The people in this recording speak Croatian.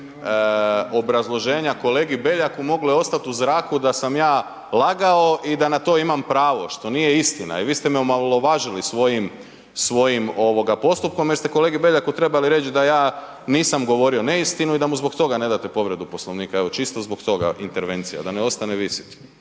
obrazloženja kolegi Beljaku moglo je ostat u zraku da sam ja lagao i da na to imam pravo što nije istina. I vi ste me omalovažili svojim postupkom jer ste kolegi Beljaku trebali reć da ja nisam govorio neistinu i da mu zbog toga ne date povredu Poslovnika, evo čisto zbog toga intervencija da ne ostane visit.